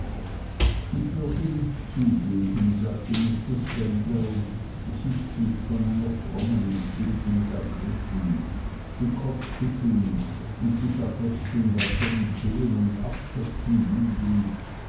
ich würde nicht zugeben sagte mr spenlow sichtlich von einer frommen empfindung ergriffen den kopf schüttelnd und sich abwechselnd auf seinen zehen und absätzen wiegend